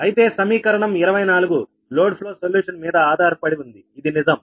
అయితే సమీకరణం 24 load flow solution మీద ఆధారపడి ఉంది ఇది నిజం